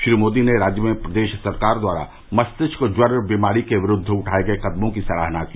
श्री मोदी ने राज्य में प्रदेश सरकार द्वारा मस्तिष्क ज्वर बीमारी के विरूद्व उठाये गये कदमों की सराहना की